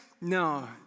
No